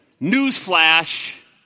Newsflash